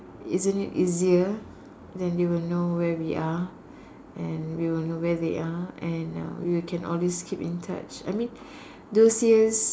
isn't it easier then you will know where we are and we will know where they are and uh we can always keep in touch I mean those years